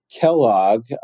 Kellogg